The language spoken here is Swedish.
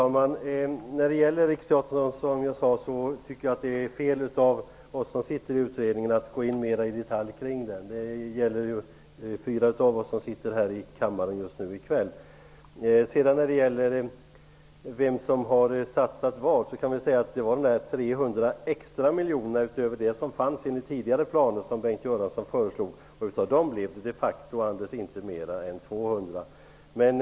Herr talman! Som jag tidigare har sagt tycker jag att det är fel av oss som sitter med i utredningen att mera i detalj syssla med Riksteatern. Det gäller fyra av oss som just nu finns här i kammaren. När det gäller detta med vem som har satsat vad kan jag säga att de 300 extra miljonerna, utöver det som fanns enligt tidigare planer, föreslogs av Bengt Göransson. Av de miljonerna, Anders Nilsson, blev det de facto inte mer än 200 miljoner.